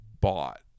bought